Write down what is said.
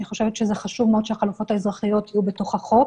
אני חושבת שחשוב מאוד שחלופות אזרחיות יהיו בתוך החוק.